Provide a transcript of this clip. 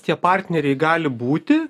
tie partneriai gali būti